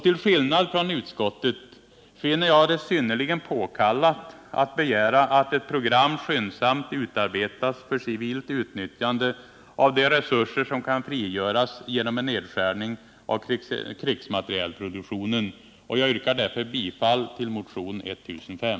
Till skillnad från utskottet finner jag det synnerligen "påkallat att begära att ett program skyndsamt utarbetas för civilt utnyttjande av de resurser som kan frigöras genom en nedskärning av krigsmaterielproduktionen. Jag yrkar därför bifall till motion nr 1005.